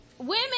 Women